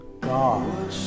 God